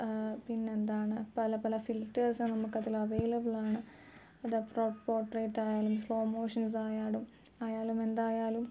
പിന്നെയെന്താണ് പല പല ഫിൽറ്റേഴ്സ് നമുക്കതിൽ അവൈലബിളാണ് അത് പ്രൊ പോർട്രൈയിറ്റ് ആയാലും സ്ലോ മോഷൻസ് ആയാലും ആയാലും എന്തായാലും